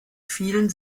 vielen